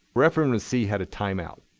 referendum c had a time out.